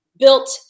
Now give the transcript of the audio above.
Built